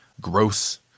gross